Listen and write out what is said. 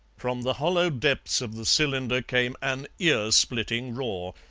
from the hollow depths of the cylinder came an earsplitting roar,